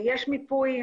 יש מיפוי,